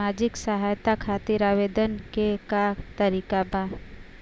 सामाजिक सहायता खातिर आवेदन के का तरीका बा?